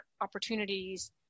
opportunities